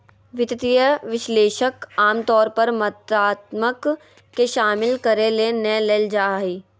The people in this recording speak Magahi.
वित्तीय विश्लेषक आमतौर पर मात्रात्मक के शामिल करय ले नै लेल जा हइ